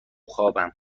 خوابم